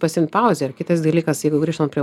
pasiimt pauzę ir kitas dalykas jeigu grįžtant prie